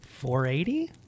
480